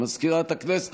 מזכירת הכנסת,